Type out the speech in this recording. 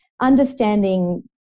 understanding